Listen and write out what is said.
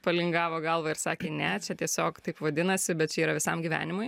palingavo galvą ir sakė ne čia tiesiog taip vadinasi bet čia yra visam gyvenimui